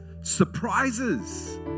surprises